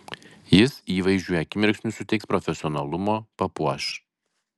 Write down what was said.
jis įvaizdžiui akimirksniu suteiks profesionalumo papuoš